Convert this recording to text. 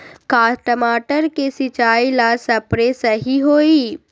का टमाटर के सिचाई ला सप्रे सही होई?